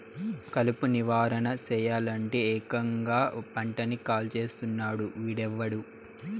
కలుపు నివారణ సెయ్యలంటే, ఏకంగా పంటని కాల్చేస్తున్నాడు వీడెవ్వడు